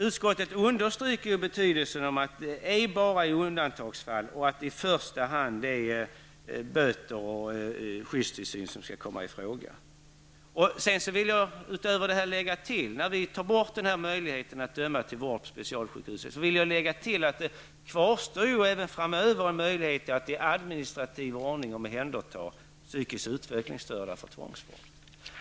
Utskottet understryker betydelsen av att det sker bara i undantagsfall och att i första hand böter och skyddstillsyn skall komma i fråga. Utöver detta vill jag lägga till att när vi tar bort möjigheten att döma till vård på specialsjukhus kvarstår även framöver en möjlighet att i administrativ ordning omhänderta psykiskt utvecklingsstörda för tvångsvård.